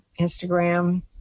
Instagram